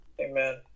Amen